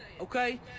okay